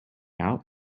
out